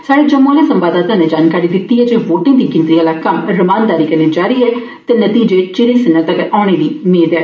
स्हाड़े जम्मू आले संवाददाता नै जानकारी दित्ती ऐ जे वोटें दी गिनत्री आला कम्म रमानदारी कन्नै जारी ऐ ते नतीजे चिरें संझा तक्कर औने दी मेद ऐ